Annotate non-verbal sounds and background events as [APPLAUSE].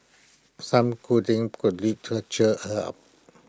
some cuddling could [UNINTELLIGIBLE] cheer her up